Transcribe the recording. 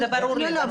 זה ברור לי.